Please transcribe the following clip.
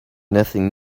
nothing